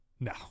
No